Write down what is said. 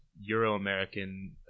euro-american